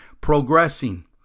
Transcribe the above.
progressing